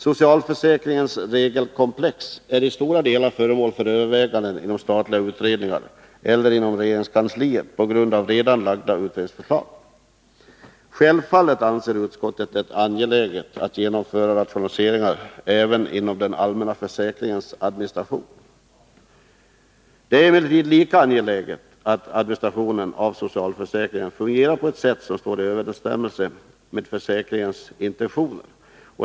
Socialförsäkringens regelkomplex är i stora delar föremål för överväganden inom statliga utredningar eller inom regeringskansliet på grund av redan framlagda utredningsförslag. Självfallet anser utskottet det angeläget att man genomför rationaliseringar och besparingar även inom den allmänna försäkringens administration. Det är emellertid lika angeläget att administrationen av socialförsäkringen fungerar på ett sätt som står i överensstämmelse med försäkringens intentioner.